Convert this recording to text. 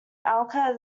aker